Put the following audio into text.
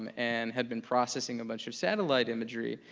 um and had been processing a bunch of satellite imagery.